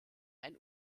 ein